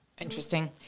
Interesting